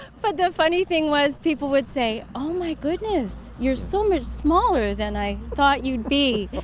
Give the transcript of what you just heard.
but the funny thing was people would say oh my goodness, you're so much smaller than i'd thought you'd be.